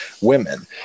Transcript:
women